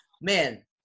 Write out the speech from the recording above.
man